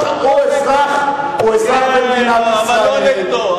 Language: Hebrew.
הוא אזרח במדינת ישראל, כן, אבל לא נגדו.